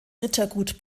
rittergut